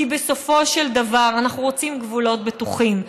כי בסופו של דבר אנחנו רוצים גובלות בטוחים,